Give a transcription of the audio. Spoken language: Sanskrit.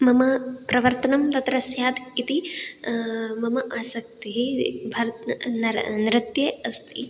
मम प्रवर्तनं तत्र स्यात् इति मम आसक्तिः भर्त् नर नृत्ये अस्ति